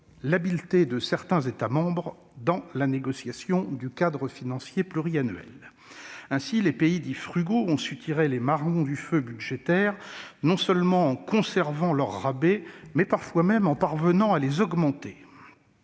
l'habileté de certains États membres dans la négociation du cadre financier pluriannuel. Ainsi, les pays dits « frugaux » ont su tirer les marrons du feu budgétaire : ils ont non seulement conservé leurs rabais, mais sont parfois même parvenus à les augmenter.